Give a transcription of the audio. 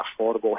affordable